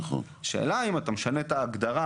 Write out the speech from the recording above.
השאלה אם אתה משנה את ההגדרה